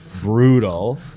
brutal